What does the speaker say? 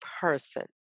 person